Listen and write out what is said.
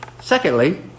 Secondly